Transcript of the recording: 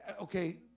okay